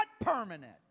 permanent